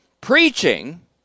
Preaching